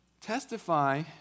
testify